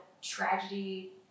tragedy